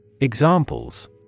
Examples